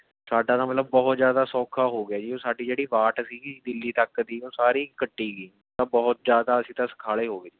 ਸਾਡਾ ਤਾਂ ਮਤਲਬ ਬਹੁਤ ਜ਼ਿਆਦਾ ਸੌਖਾ ਹੋ ਗਿਆ ਜੀ ਉਹ ਸਾਡੀ ਜਿਹੜੀ ਵਾਟ ਸੀ ਦਿੱਲੀ ਤੱਕ ਦੀ ਉਹ ਸਾਰੀ ਕੱਟੀ ਗਈ ਤਾਂ ਬਹੁਤ ਜ਼ਿਆਦਾ ਅਸੀਂ ਤਾ ਸੌਖਾਲੇ ਹੋ ਗਏ